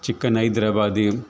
chicken Hyderabadi